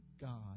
God